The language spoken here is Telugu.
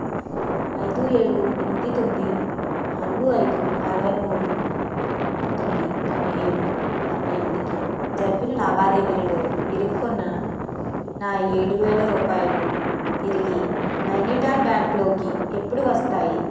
ఐదు ఏడు ఎనిమిది తొమ్మిది నాలుగు ఐదు అరవై మూడు పంతొమ్మిది తొంభై ఏడు డెబ్బై ఎనిమిది కి జరిపిన లావాదేవీలలో ఇరుక్కున్న నా ఏడు వేల రూపాయలు తిరిగి నైనిటాల్ బ్యాంక్లోకి ఎప్పుడు వస్తాయి